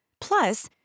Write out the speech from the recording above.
Plus